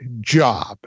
job